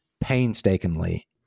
painstakingly